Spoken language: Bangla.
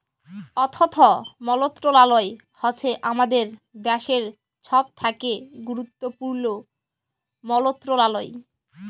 অথ্থ মলত্রলালয় হছে আমাদের দ্যাশের ছব থ্যাকে গুরুত্তপুর্ল মলত্রলালয়